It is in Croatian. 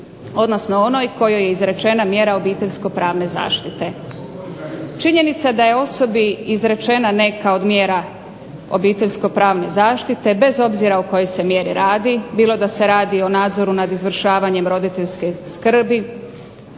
odnosno onoj kojoj je izrečena mjera obiteljskopravne zaštite. Činjenica da je osobi izrečena neka od mjera obiteljskopravne zaštite, bez obzira o kojoj se mjeri radi, bilo da se radi o nadzoru nad izvršavanjem roditeljske skrbi,